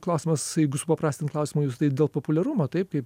klausimas jeigu supaprastint klausimą jūsų tai dėl populiarumo taip kaip